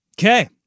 Okay